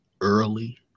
early